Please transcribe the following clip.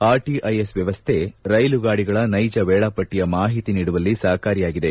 RTIS ವ್ಯವಸ್ಸೆ ರೈಲು ಗಾಡಿಗಳ ನೈಜ ವೇಳಾಪಟ್ಲಿಯ ಮಾಹಿತಿ ನೀಡುವಲ್ಲಿ ಸಪಾಯಕಾರಿಯಾಗಿದೆ